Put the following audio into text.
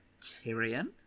Tyrion